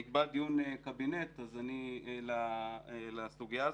נקבע דיון קבינט לסוגיה הזאת.